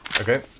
Okay